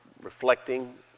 reflecting